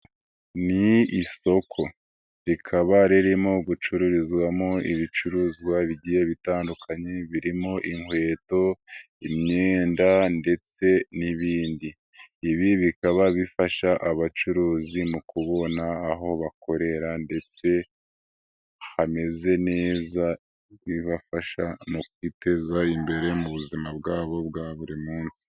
Ni isoko. Rikaba ririmo gucururizwamo ibicuruzwa bigiye bitandukanye; birimo inkweto, imyenda ndetse n'ibindi. Ibi bikaba bifasha abacuruzi mu kubona aho bakorera ndetse hameze neza, bibafasha mu kwiteza imbere mu buzima bwabo bwa buri munsi.